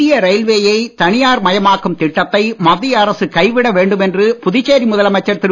இந்திய ரயில்வேயை தனியார் மயமாக்கும் திட்டத்தை மத்திய அரசு கைவிட வேண்டும் என்று புதுச்சேரி முதலமைச்சர் திரு